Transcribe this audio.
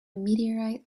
meteorite